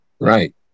Right